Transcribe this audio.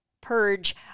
purge